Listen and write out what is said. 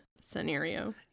scenario